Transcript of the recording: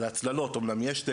יש, אמנם,